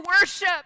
worship